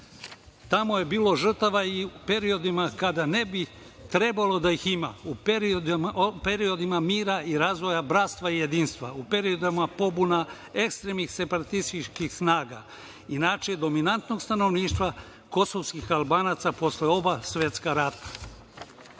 Tamo je bilo žrtava i u periodima kada ne bi trebalo da ih ima, u periodima mira i razvoja bratstva i jedinstva, u periodima pobuna ekstremnih separatističkih snaga, inače dominantnog stanovništva kosovskih Albanaca posle oba svetska